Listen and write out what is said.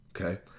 okay